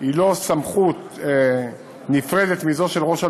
היא לא סמכות נפרדת מזו של ראש הממשלה,